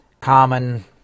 common